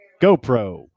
GoPro